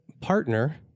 partner